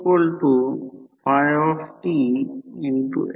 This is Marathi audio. single phase transformer 0